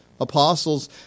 apostles